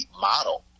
model